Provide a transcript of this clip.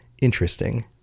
interesting